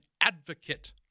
advocate